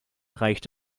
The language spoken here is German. reicht